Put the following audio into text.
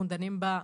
דנים גם.